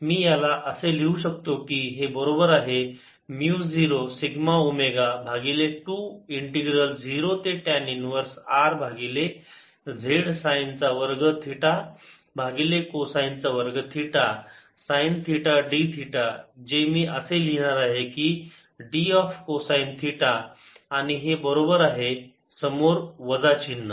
मी याला असे लिहू शकतो की हे बरोबर आहे म्यु 0 सिग्मा ओमेगा भागिले 2 इंटिग्रल 0 ते टॅन इन्व्हर्स R भागिले z साईन चा वर्ग थिटा भागिले कोसाईन चा वर्ग theta sine theta d theta जे मी असे लिहिणार आहे की d ऑफ कोसाईन थिटा आणि हे सोबत आहे समोर वजा चिन्ह